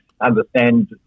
understand